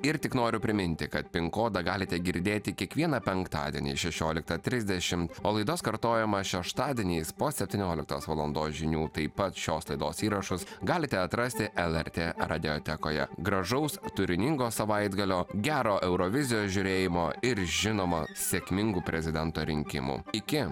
ir tik noriu priminti kad pin kodą galite girdėti kiekvieną penktadienį šešioliktą trisdešim o laidos kartojimą šeštadieniais po septynioliktos valandos žinių taip pat šios laidos įrašus galite atrasti lrt radiotekoje gražaus turiningo savaitgalio gero eurovizijos žiūrėjimo ir žinoma sėkmingų prezidento rinkimų iki